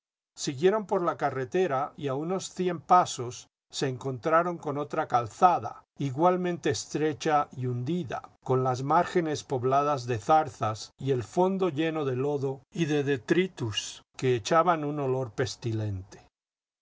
siguieron por la carretera y a unos cien pasos se encontraron con otra calzada igualmente estrecha y hundida con las márgenes pobladas de zarzas y el fondo lleno de lodo y de detritus que echaba un olor pestilente